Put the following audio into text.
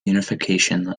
unification